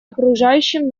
окружающим